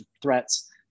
threats